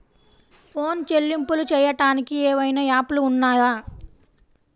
Phone చెల్లింపులు చెయ్యటానికి ఏవైనా యాప్లు ఉన్నాయా?